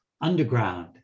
underground